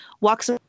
walks